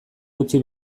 utzi